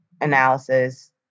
analysis